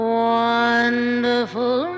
wonderful